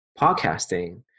podcasting